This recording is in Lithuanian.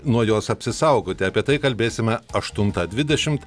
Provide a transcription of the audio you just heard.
nuo jos apsisaugoti apie tai kalbėsime aštuntą dvidešimt